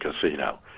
casino